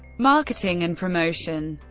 marketing and promotion